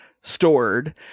stored